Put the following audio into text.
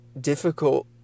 difficult